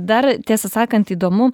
dar tiesą sakant įdomu